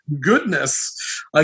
goodness